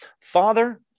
father